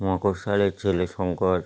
মকঃস্বলের ছেলে শঙ্কর